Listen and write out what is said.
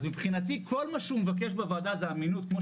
אז מבחינתי כל מה שהוא מבקש בוועדה זה אמינות,